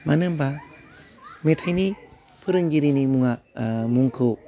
मानो होमबा मेथाइनि फोरोंगिरिनि मुंआ ओह मुंखौ